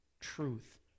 truth